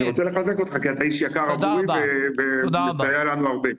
אני רוצה לחזק אותך כי אתה איש יקר עבורי ומסייע לנו הרבה.